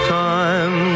time